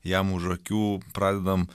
jam už akių pradedam